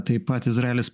taip pat izraelis